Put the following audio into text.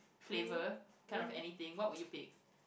flavour kind of anything what would you pick